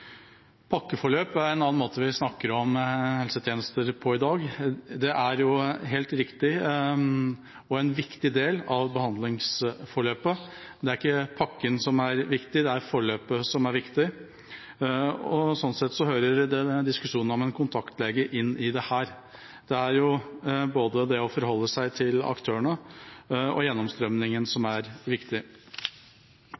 er et annet begrep vi bruker når vi snakker om helsetjenester i dag. Det er en viktig del av behandlingsløpet. Det er ikke pakken som er viktig, det er forløpet som er viktig, og sånn sett hører diskusjonen om en kontaktlege med her. Det er både det å forholde seg til aktørene og gjennomstrømningen som er viktig.